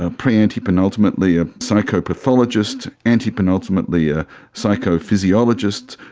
ah pre-anti-penultimately a psychopathologist, anti-penultimately a psychophysiologist,